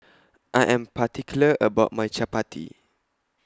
I Am particular about My Chapati